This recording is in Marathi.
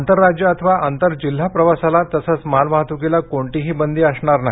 आंतरराज्य अथवा आंतरजिल्हा प्रवासाला तसंच मालवाहत्कीला कोणतीही बंदी असणार नाही